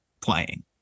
playing